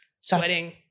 sweating